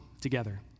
together